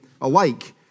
alike